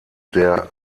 der